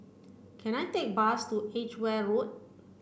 can I take a bus to Edgware Road